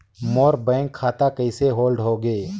मोर bank खाता कइसे hold होगे?